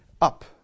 up